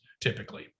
typically